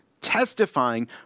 testifying